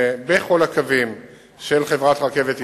בכל הקווים של חברת "רכבת ישראל".